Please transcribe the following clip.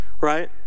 right